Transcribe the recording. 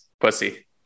Pussy